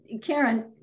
Karen